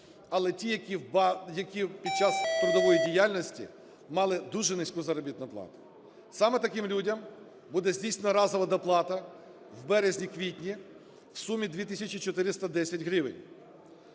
але ті, які під час трудової діяльності мали дуже низьку заробітну плату. Саме таким людям буде здійснена разова доплата в березні-квітні в сумі 2410 гривень,